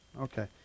okay